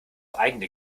eigene